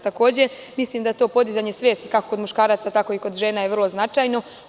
Takođe, mislim da to podizanje svesti kako kod muškaraca tako i kod žena je vrlo značajno.